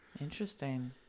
Interesting